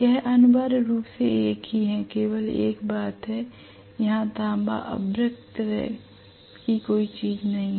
यह अनिवार्य रूप से एक ही है केवल एक बात है यहां तांबा अभ्रक तरह की कोई चीज नहीं है